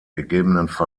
ggf